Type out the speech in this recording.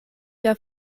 via